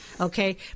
okay